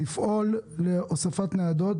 לפעול להוספת ניידות,